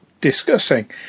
discussing